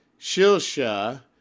Shilsha